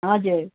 हजुर